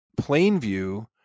Plainview